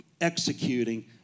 executing